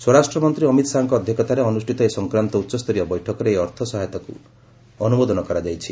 ସ୍ୱରାଷ୍ଟ୍ର ମନ୍ତ୍ରୀ ଅମିତ ଶାହାଙ୍କ ଅଧ୍ୟକ୍ଷତାରେ ଅନୁଷ୍ଠିତ ଏ ସଂକ୍ରାନ୍ତ ଉଚ୍ଚସ୍ତରୀୟ ବୈଠକରେ ଏହି ଅର୍ଥ ସହାୟତା ବ୍ୟବସ୍ଥାକୁ ଅନୁମୋଦନ କରାଯାଇଛି